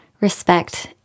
respect